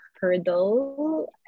hurdle